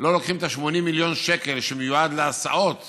לא לוקחים את 80 מיליון השקל שמיועדים להסעות